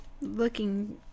looking